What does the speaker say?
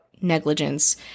negligence